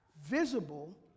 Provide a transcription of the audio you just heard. Visible